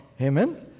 Amen